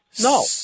No